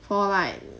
for like